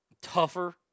tougher